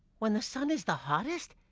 when the sun is the hottest?